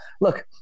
look